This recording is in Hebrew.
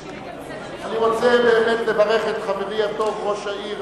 אני רוצה באמת לברך את חברי הטוב, ראש העיר